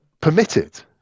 permitted